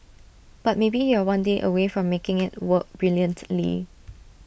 but maybe you're one day away from making IT work brilliantly